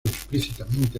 explícitamente